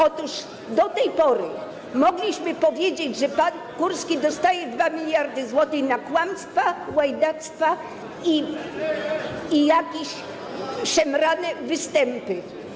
Otóż do tej pory mogliśmy powiedzieć, że pan Kurski dostaje 2 mld zł na kłamstwa, łajdactwa i jakieś szemrane występy.